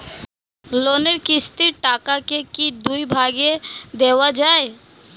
লোনের কিস্তির টাকাকে কি দুই ভাগে দেওয়া যায়?